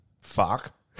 fuck